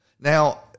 Now